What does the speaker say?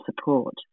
support